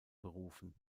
berufen